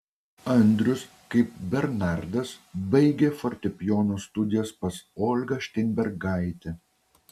andrius kaip bernardas baigė fortepijono studijas pas olgą šteinbergaitę